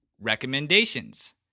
Recommendations